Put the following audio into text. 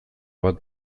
bat